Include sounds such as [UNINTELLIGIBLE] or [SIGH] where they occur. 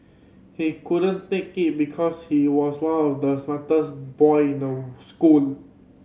he couldn't take it because he was one of the smartest boy in [UNINTELLIGIBLE] school